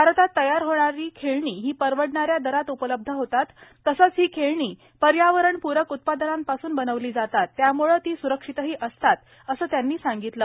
भारतात तयार होणारी खेळणी ही परवडणाऱ्या दरात उपलब्ध होतात तसंच ही खेळणी पर्यावरणपूरक उत्पादनांपासून बनवली जातात त्यामुळे ती स्रक्षितही असतात असं त्यांनी सांगितलं